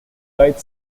died